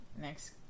next